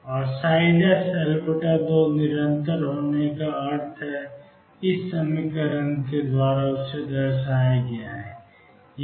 और L2 निरंतर होने का अर्थ है A e αL2C βcos βL2